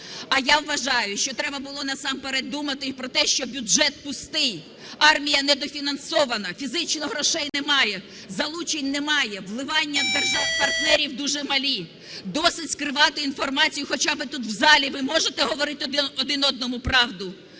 А я вважаю, що треба було насамперед думати і про те, що бюджет пустий, армія недофінансована, фізично грошей немає, залучень немає, вливання держав-партнерів дуже малі. Досить скривати інформацію. Хоча б тут в залі ви можете говорити один одному правду?